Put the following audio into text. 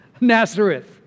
Nazareth